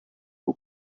who